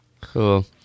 cool